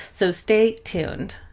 so stay tuned.